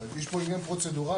יש פה עניין פרוצדורלי.